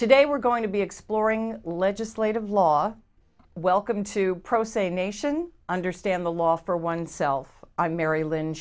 today we're going to be exploring legislative law welcome to pro se nation understand the law for oneself i'm mary lyn